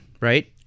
right